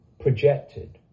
projected